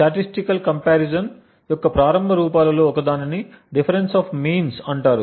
statistical comparison యొక్క ప్రారంభ రూపాలలో ఒకదానిని డిఫరెన్స్ ఆఫ్ మీన్స్ అంటారు